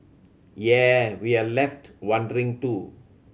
yea we're left wondering too